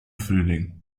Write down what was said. frühling